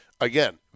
Again